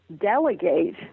delegate